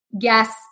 yes